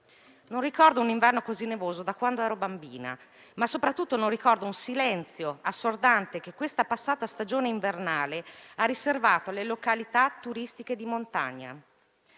Non ricordo un inverno così nervoso da quando ero bambina, ma soprattutto non ricordo un silenzio così assordante come quello che la passata stagione invernale ha riservato alle località turistiche di montagna.